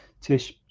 Tish